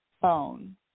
phone